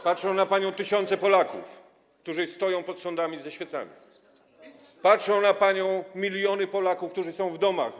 Patrzą na panią tysiące Polaków, którzy stoją pod sądami ze świecami, patrzą na panią miliony Polaków, którzy są w domach.